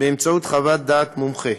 באמצעות חוות דעת מומחה.